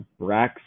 Brax